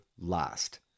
last